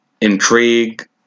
intrigue